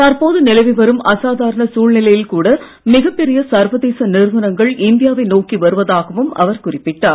தற்போது நிலவிவரும் அசாதாரண சூழ்நிலையில் கூட மிகப் பெரிய சர்வதேச நிறுவனங்கள் இந்தியாவை நோக்கி வருவதாகவும் அவர் குறிப்பிட்டார்